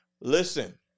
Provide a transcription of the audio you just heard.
Listen